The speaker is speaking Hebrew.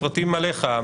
פרטים עלייך,